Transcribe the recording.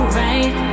right